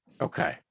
Okay